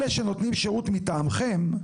אלה שנותנים שירות מטעמכם,